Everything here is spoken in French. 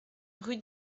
rue